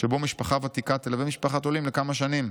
שבו משפחה ותיקה תלווה משפחת עולים לכמה שנים.